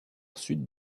suite